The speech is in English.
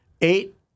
eight